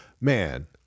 man